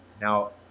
now